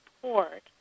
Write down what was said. support